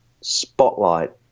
spotlight